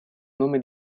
nome